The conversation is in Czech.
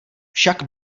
však